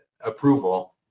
approval